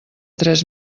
tres